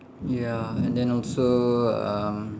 ya and then also um